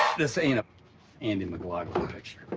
this ain't an andy mclaughlin picture.